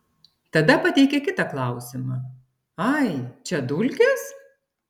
tada pateikė kitą klausimą ai čia dulkės